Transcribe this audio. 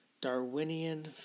Darwinian